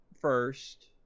first